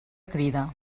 crida